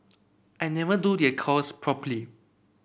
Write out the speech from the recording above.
I never do the accounts properly